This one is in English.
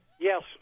Yes